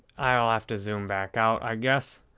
i'll have to zoom back out, i guess.